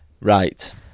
right